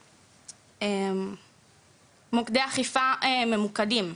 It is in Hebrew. מוקדי אכיפה ממוקדים.